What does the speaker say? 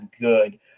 good